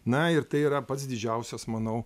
na ir tai yra pats didžiausias manau